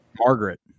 Margaret